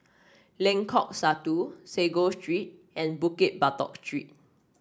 Lengkok Satu Sago Street and Bukit Batok Street